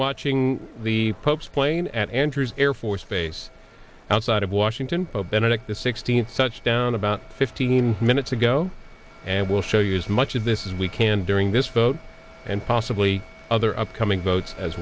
watching the pope's plane at andrews air force base outside of washington pope benedict the sixteenth touchdown about fifteen minutes ago and we'll show you as much of this is we can during this vote and possibly other upcoming votes as